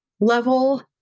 level